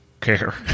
care